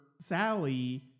Sally